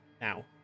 now